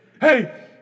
Hey